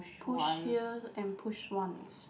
push here and push once